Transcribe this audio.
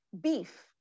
beef